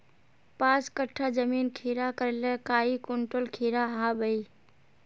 पाँच कट्ठा जमीन खीरा करले काई कुंटल खीरा हाँ बई?